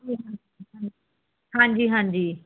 ਹਾਂਜੀ ਹਾਂਜੀ